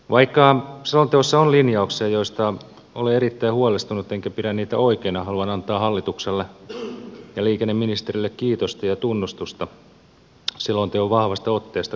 vaikka selonteossa on linjauksia joista olen erittäin huolestunut ja joita en pidä oikeina haluan antaa hallitukselle ja liikenneministerille kiitosta ja tunnustusta selonteon vahvasta otteesta raideliikenteen kehittämiseen